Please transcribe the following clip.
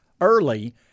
early